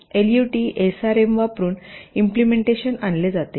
LUT SRAM वापरुन implementation आणले जातात